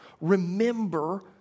remember